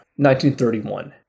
1931